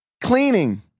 Cleaning